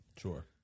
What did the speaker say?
Sure